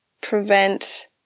prevent